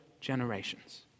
generations